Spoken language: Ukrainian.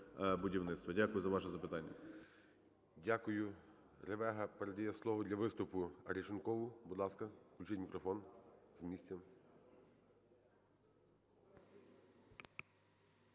Дякую за ваше запитання.